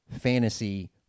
fantasy